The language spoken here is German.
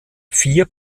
vier